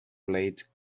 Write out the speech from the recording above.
blade